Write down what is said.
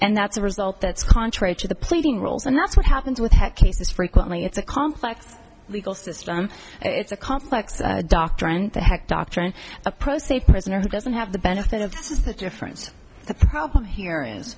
and that's a result that's contrary to the pleading rules and that's what happens with tech cases frequently it's a complex legal system it's a complex doctrine the heck doctrine approach a prisoner who doesn't have the benefit of this is the difference the problem here is